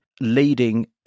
leading